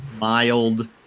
mild